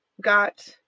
got